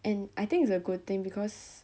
and I think it's a good thing because